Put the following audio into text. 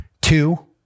two